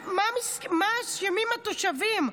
מה אשמים התושבים?